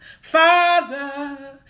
Father